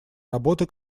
работы